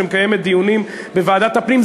שמקיימת דיונים בוועדת הפנים,